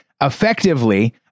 effectively